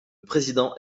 président